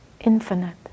infinite